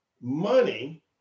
money